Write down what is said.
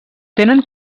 tenen